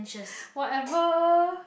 whatever